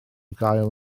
gael